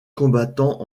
commandant